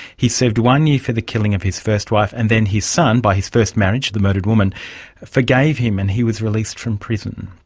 he served one year for the killing of his first wife, and then his son by his first marriage to the murdered woman forgave him and he was released from prison.